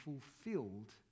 fulfilled